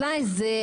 'אולי זה'.